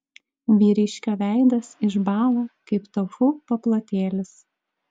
vyriškio veidas išbąla kaip tofu paplotėlis